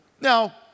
Now